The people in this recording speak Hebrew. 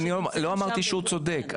לא אמרתי שהוא צודק,